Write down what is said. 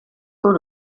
heard